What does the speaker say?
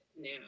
now